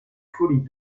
folie